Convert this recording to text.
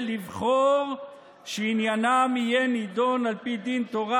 לבחור שעניינם יהיה נדון על פי דין תורה,